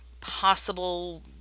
possible